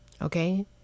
Okay